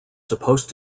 supposed